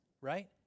right